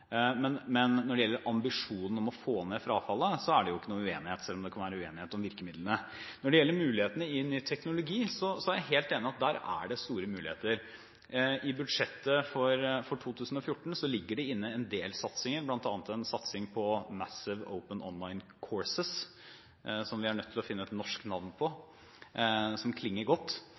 Men når det gjelder ambisjonen om å få ned frafallet, er det ikke noen uenighet, selv om det kan være uenighet om virkemidlene. Når det gjelder ny teknologi, er jeg helt enig i at der er det store muligheter. I budsjettet for 2014 ligger det inne en del satsinger, bl.a. en satsing på Massive Open Online Courses, som vi er nødt til å finne et norsk navn på, som klinger godt.